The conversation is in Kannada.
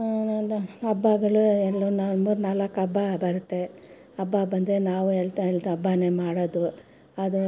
ಹಬ್ಬಗಳು ಎಲ್ಲೋ ನಾ ಮೂರು ನಾಲ್ಕು ಹಬ್ಬ ಬರುತ್ತೆ ಹಬ್ಬ ಬಂದರೆ ನಾವು ಏಳ್ತಾ ಏಳ್ತಾ ಹಬ್ಬಾನೇ ಮಾಡೋದು ಅದು